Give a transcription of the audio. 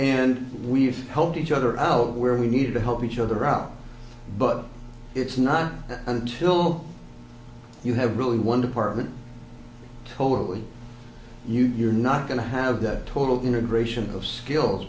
and we've helped each other out where we need to help each other out but it's not until you have really one department tolly you you're not going to have that total integration of skills